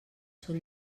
són